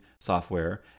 software